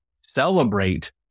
celebrate